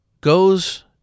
goes